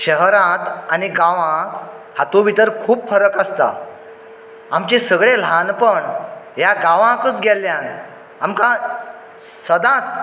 शहरांत आनी गांवांत हातू भितर खूब फरक आसता आमचें सगळें ल्हानपण ह्या गांवांतच गेल्ल्यान आमकां सदांच